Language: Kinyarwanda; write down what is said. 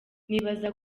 nibaza